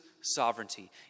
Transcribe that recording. sovereignty